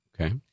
okay